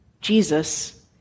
Jesus